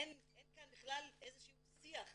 אין כאן בכלל איזשהו שיח לגביהם.